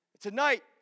Tonight